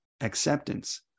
acceptance